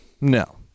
No